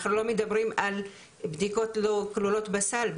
אנחנו לא מדברים על בדיקות לא כלולות בסל,